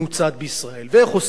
הקרקע היא של המדינה,